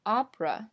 ,Opera